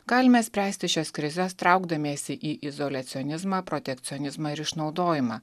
galime spręsti šias krizes traukdamiesi į izoliacionizmą protekcionizmą ir išnaudojimą